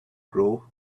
grow